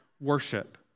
worship